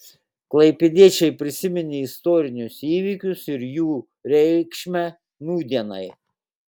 klaipėdiečiai prisiminė istorinius įvykius ir jų reikšmę nūdienai